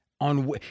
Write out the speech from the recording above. on –